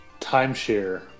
timeshare